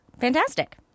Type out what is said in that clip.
Fantastic